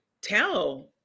tell